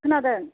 खोनादों